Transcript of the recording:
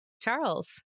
Charles